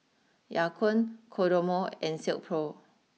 Ya Kun Kodomo and Silkpro